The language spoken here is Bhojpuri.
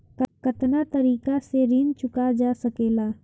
कातना तरीके से ऋण चुका जा सेकला?